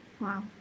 wow